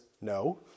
no